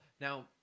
Now